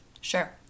Sure